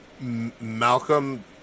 Malcolm